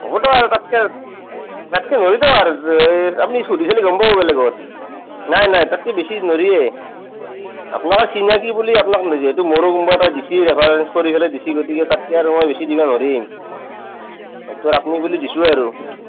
হ'ব দক আৰ তাতকৈ আৰ তাতকৈ ধৰি দক আৰ আপ্নি সুধি চালে গম পাব বেলেগত নাই নাই ততকৈ বেছি নৰিয়ে আপোনাক চিনাকি বুলি আপনাক যিহেতু মোৰো কোন্বা দিছি এবাৰ ইউজ কৰি ফেলে দিছি গতিকে তাতকৈ আৰু বেছি দিবা নৰিম হেইটো আপনি বুলি দিছোয়ে আৰু